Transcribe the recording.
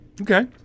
Okay